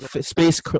space